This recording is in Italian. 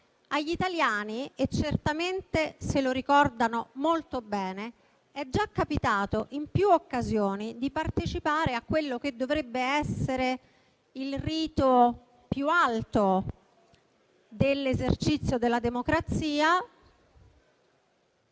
Agli italiani - e certamente se lo ricordano molto bene - è già capitato, in più occasioni, di partecipare a quello che dovrebbe essere il rito più alto dell'esercizio della democrazia.